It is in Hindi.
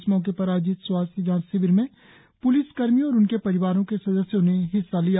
इस मौके पर आयोजित स्वास्थ्य जांच शिविर में प्लिस कर्मियों और उनके परिवारों के सदस्यों ने हिस्सा लिया